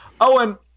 Owen